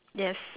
yes